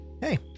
hey